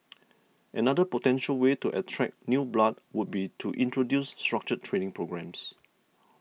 another potential way to attract new blood would be to introduce structured training programmes